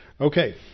Okay